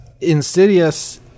Insidious